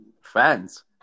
fans